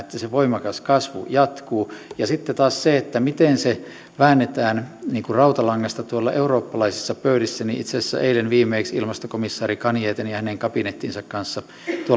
että voimakas kasvu jatkuu sitten taas siitä miten se väännetään rautalangasta tuolla eurooppalaisissa pöydissä itse asiassa eilen viimeksi ilmastokomissaari canjeten ja hänen kabinettinsa kanssa